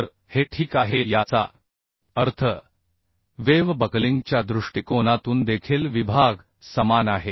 तर हे ठीक आहे याचा अर्थ वेव्ह बकलिंगच्या दृष्टिकोनातून देखील विभाग समान आहे